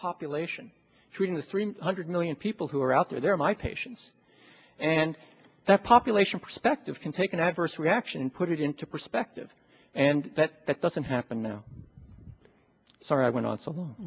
population treating the three hundred million people who are out there they're my patients and that population perspective can take an adverse reaction and put it into perspective and but that doesn't happen now sorry i went on some